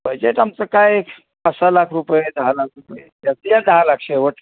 budget आमचं काय पाच सहा लाख रुपये दहा लाख रुपये जास्तीत जास्त दहा लाख शेवट